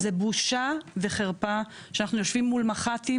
זו בושה וחרפה שאנחנו יושבים מול מח"טים